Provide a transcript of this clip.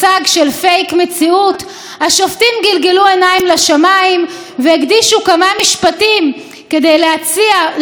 להציע שפשע המלחמה יבוצע בדרכי שלום ונועם ובהידברות.